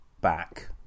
Back